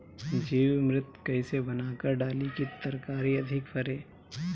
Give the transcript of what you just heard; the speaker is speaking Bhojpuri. जीवमृत कईसे बनाकर डाली की तरकरी अधिक फरे?